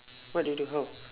what do you do how